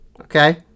Okay